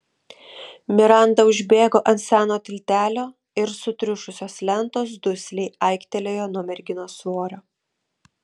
miranda užbėgo ant seno tiltelio ir sutriušusios lentos dusliai aiktelėjo nuo merginos svorio